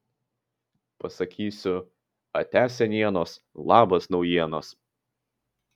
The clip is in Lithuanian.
pasakysiu atia senienos labas naujienos